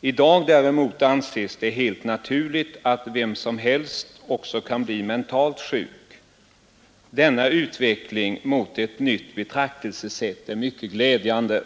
I dag däremot anses det helt naturligt att vem som helst också kan bli mentalt sjuk. Denna utveckling mot ett nytt betraktelsesätt är mycket glädjande.